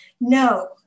No